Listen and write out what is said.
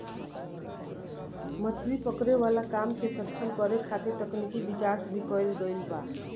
मछली पकड़े वाला काम के सक्षम करे खातिर तकनिकी विकाश भी कईल गईल बा